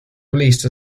released